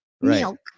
Milk